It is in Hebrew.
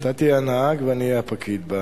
אתה תהיה הנהג ואני אהיה הפקיד.